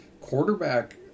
quarterback